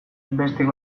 bestek